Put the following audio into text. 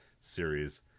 Series